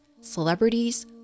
celebrities